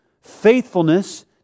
faithfulness